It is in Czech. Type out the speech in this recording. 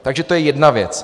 Takže to je jedna věc.